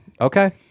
Okay